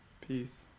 peace